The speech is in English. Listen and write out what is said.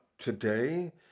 today